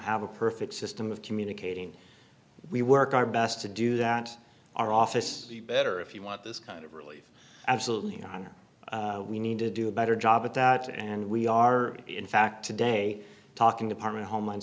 have a perfect system of communicating we work our best to do that our office better if you want this kind of relief absolutely on or we need to do a better job at that and we are in fact today talking department homeland